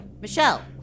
Michelle